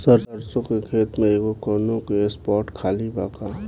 सरसों के खेत में एगो कोना के स्पॉट खाली बा का?